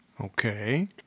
Okay